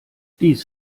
dies